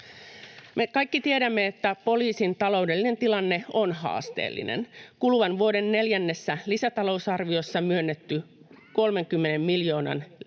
Me kaikki tiedämme, että poliisin taloudellinen tilanne on haasteellinen. Kuluvan vuoden neljännessä lisätalousarviossa myönnetty 30 miljoonan lisäys